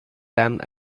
damned